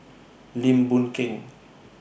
Lim Boon Keng